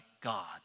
God